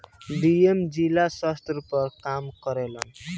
DM जिला स्तर पर काम करेलन